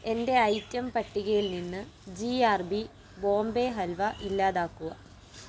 എന്റെ ഐറ്റം പട്ടികയിൽ നിന്ന് G R B Bombay halwa ഇല്ലാതാക്കുക